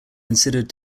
considered